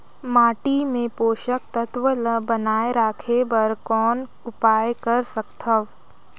माटी मे पोषक तत्व ल बनाय राखे बर कौन उपाय कर सकथव?